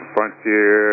Frontier